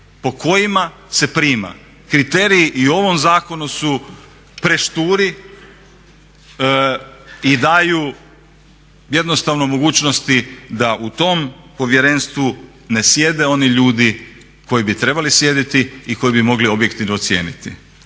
po kojima se prima. Kriteriji i u ovom zakonu su prešturi i daju jednostavno mogućnosti da u tom povjerenstvu ne sjede oni ljudi koji bi trebali sjediti i koji bi mogli objektivno ocijeniti